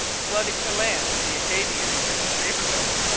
flooding the lands of the acadians in its neighbourhood.